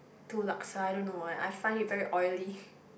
~to laksa I don't know why I find it very oily